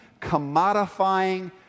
commodifying